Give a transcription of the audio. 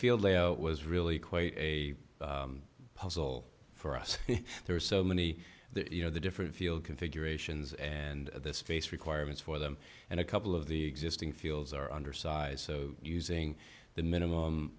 field was really quite a puzzle for us there are so many you know the different field configurations and the space requirements for them and a couple of the existing fields are undersized so using the